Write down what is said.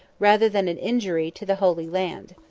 rather than an injury, to the holy land.